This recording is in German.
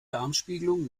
darmspiegelung